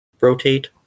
rotate